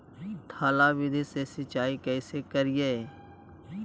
थाला विधि से सिंचाई कैसे करीये?